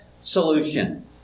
solution